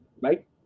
right